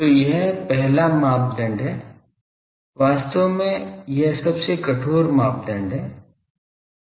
तो यह पहला मापदंड है वास्तव में यह सबसे कठोर मापदंड है